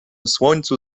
słońcu